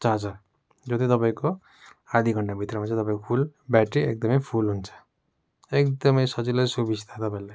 charger जो चाहिँ तपाईँको आधा घन्टाभित्रमा चाहिँ तपाईँको फुल ब्याट्री एकदमै फुल हुन्छ एकदमै सजिलै सुबिस्ता तपैहरूलाई